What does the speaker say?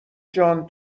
جان